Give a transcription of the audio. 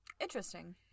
Interesting